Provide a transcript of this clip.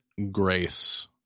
grace